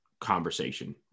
conversation